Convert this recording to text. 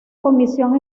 comisión